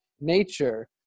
nature